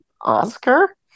Oscar